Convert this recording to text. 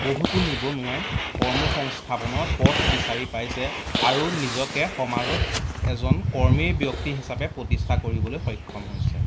বহুতো নিবনুৱাই কৰ্ম সংস্থাপনৰ পথ বিচাৰি পাইছে আৰু নিজকে সমাজত এজন কৰ্মী ব্যক্তি হিচাপে প্ৰতিষ্ঠা কৰিবলৈ সক্ষম হৈছে